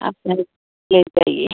आप आइए ले जाइए